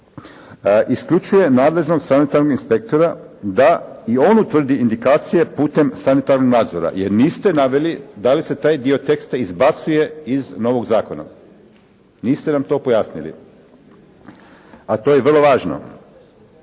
isključuje nadležnog sanitarnog inspektora da i on utvrdi indikacije putem sanitarnog nadzora jer niste naveli da li se taj dio teksta izbacuje iz novog zakona. Niste nam to pojasnili, a to je vrlo važno